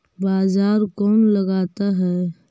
बाजार कौन लगाता है?